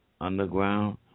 underground